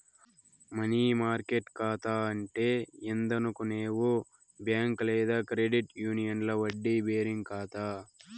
money market కాతా అంటే ఏందనుకునేవు బ్యాంక్ లేదా క్రెడిట్ యూనియన్ల వడ్డీ బేరింగ్ కాతా